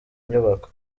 nyubako